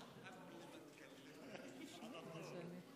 בכל מדינה מתוקנת קבלת הזכות לביטחון אישי,